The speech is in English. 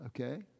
okay